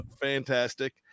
fantastic